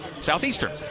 Southeastern